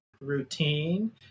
routine